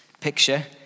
picture